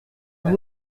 vous